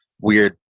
Weird